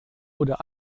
oder